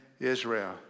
Israel